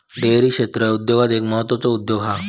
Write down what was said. dairy क्षेत्र उद्योगांत एक म्हत्त्वाचो उद्योग हा